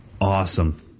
Awesome